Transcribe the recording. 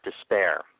despair